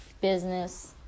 business